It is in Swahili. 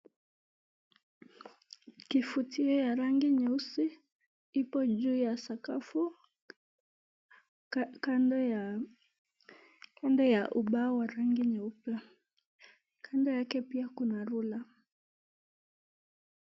Kifutio ya rangi nyeusi ipo juu ya sakafu kando ya ubao wa rangi nyeupe, kando yake pia kuna ruler .